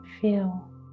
feel